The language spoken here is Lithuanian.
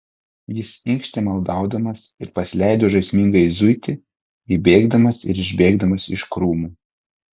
jis inkštė maldaudamas ir pasileido žaismingai zuiti įbėgdamas ir išbėgdamas iš krūmų